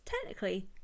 technically